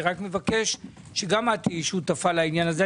אני רק מבקש שגם את תהיי שותפה לעניין הזה.